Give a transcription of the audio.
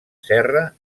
serra